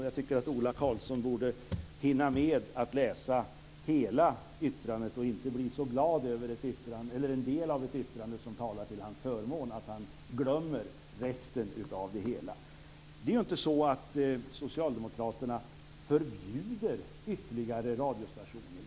Jag tycker att Ola Karlsson borde hinna läsa hela yttrandet och inte bli så glad över en del av ett yttrande som talar till hans förmån att han glömmer resten. Det är inte så att socialdemokraterna förbjuder ytterligare radiostationer.